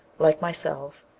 like myself,